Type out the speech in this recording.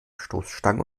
stoßstangen